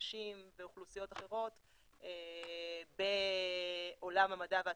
נשים ואוכלוסיות אחרות בעולם המדע והטכנולוגיה.